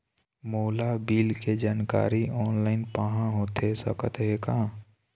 मोला बिल के जानकारी ऑनलाइन पाहां होथे सकत हे का?